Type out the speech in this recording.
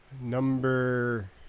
Number